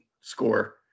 score